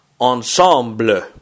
Ensemble